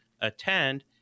attend